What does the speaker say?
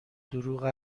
دروغ